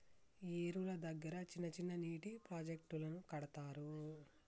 ఏరుల దగ్గర చిన్న చిన్న నీటి ప్రాజెక్టులను కడతారు